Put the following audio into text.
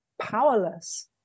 powerless